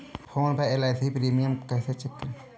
Phone पर LIC का premium कैसे चेक करें?